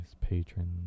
patrons